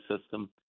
system